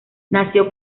nació